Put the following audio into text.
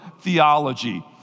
theology